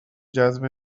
جذب